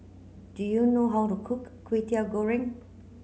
do you know how to cook Kway Teow Goreng